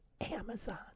Amazon